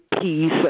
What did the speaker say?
peace